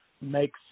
makes